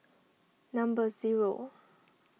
number zero